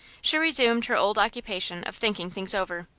she resumed her old occupation of thinking things over.